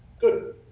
Good